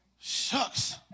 Shucks